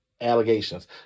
allegations